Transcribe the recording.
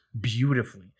Beautifully